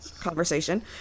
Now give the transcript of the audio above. conversation